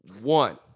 one